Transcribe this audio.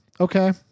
Okay